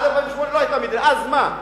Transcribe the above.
עד 48' לא היתה מדינה, אז מה?